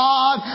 God